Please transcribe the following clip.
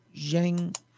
Zhang